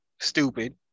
stupid